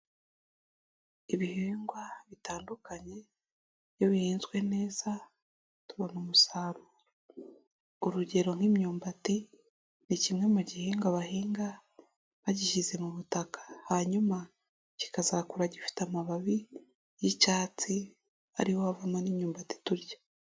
Ibihingwa bitandukanye iyo bihinzwe neza tubona umusaruro, urugero nk'imyumbati ni kimwe mu gihingwa bahinga bagishyize mu butaka hanyuma kikazakura gifite amababi y'icyatsi ariho havamo n'imyumbati turya.